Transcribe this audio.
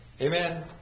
Amen